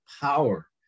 power